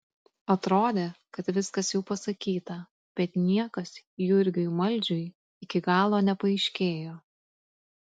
atrodė kad viskas jau pasakyta bet niekas jurgiui maldžiui iki galo nepaaiškėjo